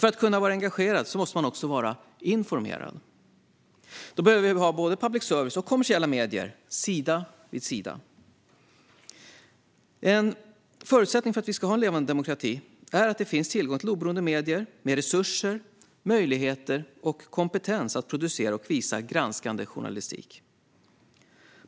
För att kunna vara engagerad måste man också vara informerad. Därför behöver vi ha både public service och kommersiella medier, sida vid sida. En förutsättning för att vi ska ha en levande demokrati är att det finns tillgång till oberoende medier med resurser, möjligheter och kompetens att producera och visa granskande journalistik.